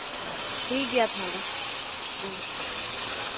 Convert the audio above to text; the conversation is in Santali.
ᱴᱷᱤᱠ ᱜᱮᱭᱟ ᱛᱟᱦᱚᱞᱮ ᱦᱮᱸ